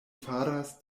faras